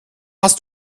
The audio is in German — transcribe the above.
hast